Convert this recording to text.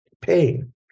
pain